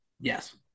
Yes